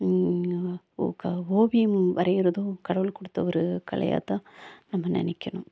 ஓக்கா ஓவியம் வரையிறதும் கடவுள் கொடுத்த ஒரு கலையா தான் நம்ம நினக்கணும்